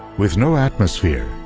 with no atmosphere,